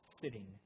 sitting